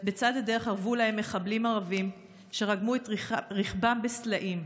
ארבו להן בצד הדרך מחבלים ערבים שרגמו את רכבן בסלעים.